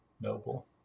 noble